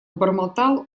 бормотал